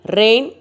rain